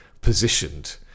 positioned